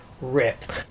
rip